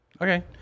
Okay